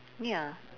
ya